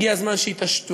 הגיע הזמן שיתעשתו.